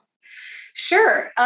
Sure